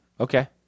Okay